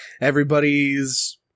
everybody's